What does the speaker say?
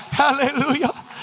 Hallelujah